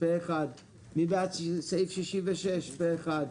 הצבעה סעיף 85(65) אושר רגע,